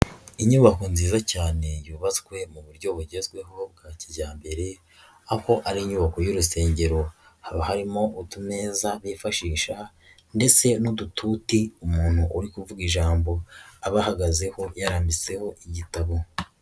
Inyubako nziza cyane yubatswe mu buryo bugezweho bwa kijyambere aho ari inyubako y'urusengero, haba harimo utumeza bifashisha ndetse n'udututi umuntu uri kuvuga ijambo aba ahagazeho yarambitseho igitabo.